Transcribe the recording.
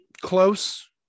close